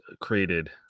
created